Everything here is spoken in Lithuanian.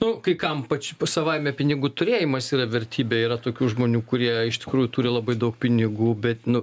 nu kai kam ypač savaime pinigų turėjimas yra vertybė yra tokių žmonių kurie iš tikrųjų turi labai daug pinigų bet nu